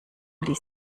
ließ